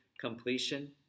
completion